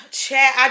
chat